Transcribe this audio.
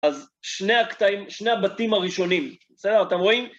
אז שני הקטעים, שני הבתים הראשונים, בסדר, אתם רואים?